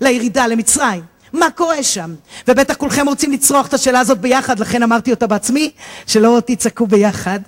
לירידה למצרים, מה קורה שם, ובטח כולכם רוצים לצרוח את השאלה הזאת ביחד, לכן אמרתי אותה בעצמי, שלא תצעקו ביחד